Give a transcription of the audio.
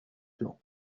plan